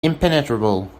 impenetrable